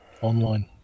online